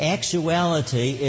Actuality